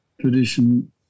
tradition